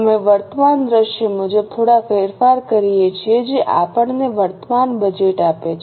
અમે વર્તમાન દૃશ્ય મુજબ થોડા ફેરફાર કરીએ છીએ જે આપણને વર્તમાન બજેટ આપે છે